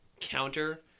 counter